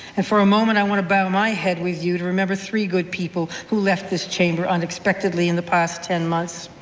and for a moment, i want to bow my head with you to remember three good people who left this chamber unexpectedly in the past ten months,